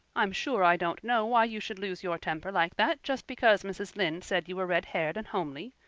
i'm sure i don't know why you should lose your temper like that just because mrs. lynde said you were red-haired and homely.